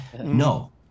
No